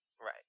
Right